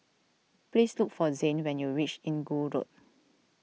please look for Zayne when you reach Inggu Road